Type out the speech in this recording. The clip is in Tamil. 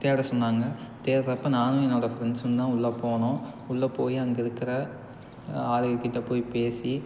தேட சொன்னாங்க தேடுறப்ப நானும் என்னோடய ஃப்ரெண்ட்ஸும் தான் உள்ள போனோம் உள்ள போய் அங்கே இருக்கிற ஆளுகக்கிட்ட போய் பேசி